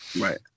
Right